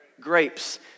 Grapes